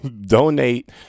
Donate